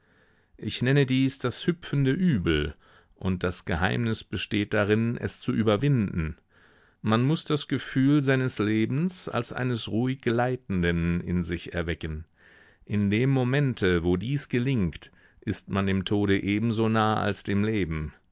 ich nenne dies das hüpfende übel und das geheimnis besteht darin es zu überwinden man muß das gefühl seines lebens als eines ruhig gleitenden in sich erwecken in dem momente wo dies gelingt ist man dem tode ebenso nah als dem leben